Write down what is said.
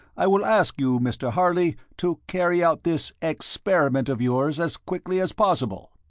i will ask you, mr. harley, to carry out this experiment of yours as quickly as possible.